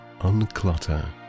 unclutter